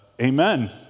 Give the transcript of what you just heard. amen